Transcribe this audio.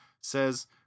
says